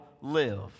live